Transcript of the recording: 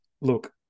look